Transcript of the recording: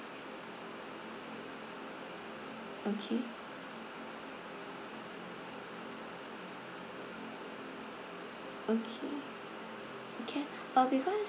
okay okay can uh because